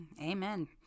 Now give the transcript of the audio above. Amen